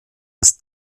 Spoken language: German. als